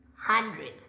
hundreds